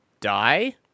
die